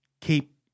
keep